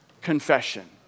confession